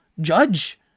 judge